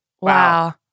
Wow